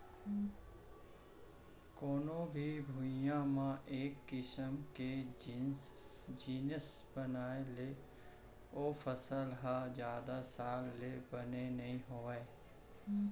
कोनो भी भुइंया म एक किसम के जिनिस बोए ले ओ फसल ह जादा साल ले बने नइ होवय